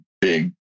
big